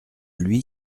lui